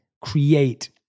create